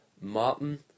Martin